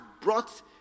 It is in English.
brought